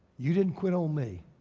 you didn't quit on me